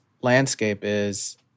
landscape—is